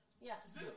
Yes